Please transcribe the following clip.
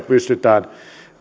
pystytään